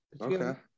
okay